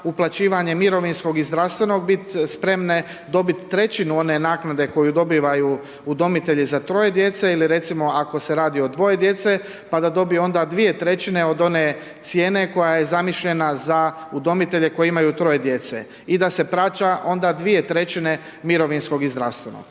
uplaćivanje mirovinskog i zdravstvenog biti spreman, dobiti trećinu one naknade, koje dobivaju udomitelji za troje djece ili recimo ako se radi o dvoje djece, pa da dobiju onda 2/3 od one cijene koja je zamišljanja za udomitelje koji imaju 3 djece. I da se plaća onda 2/3 mirovinskom i zdravstvenog.